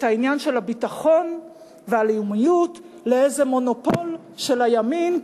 העניין של הביטחון והלאומיות לאיזה מונופול של הימין,